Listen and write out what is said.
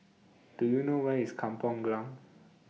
Do YOU know Where IS Kampong Glam